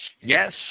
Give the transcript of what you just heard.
yes